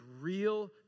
real